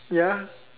ya